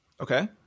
Okay